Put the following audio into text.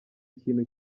ikintu